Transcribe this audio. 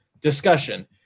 discussion